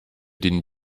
den